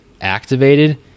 activated